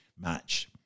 match